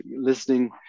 listening